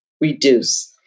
reduce